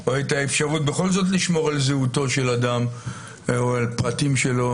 או את האפשרות בכל זאת לשמור על זהותו של אדם או על פרטים שלו,